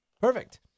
Perfect